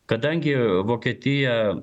kadangi vokietija